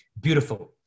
beautiful